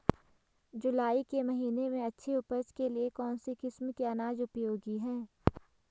जुलाई के महीने में अच्छी उपज के लिए कौन सी किस्म के अनाज उपयोगी हैं?